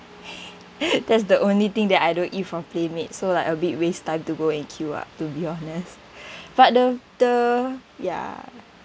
that's the only thing that I don't eat from PlayMade so like a bit waste time to go and queue up to be honest but the the ya